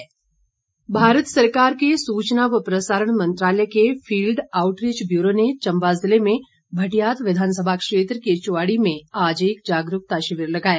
शिविर भारत सरकार के सूचना व प्रसारण मंत्रालय के फील्ड आउटरीच ब्यूरो ने चंबा जिले में भटियात विधानसभा क्षेत्र के चुवाड़ी में आज एक जागरूकता शिविर लगाया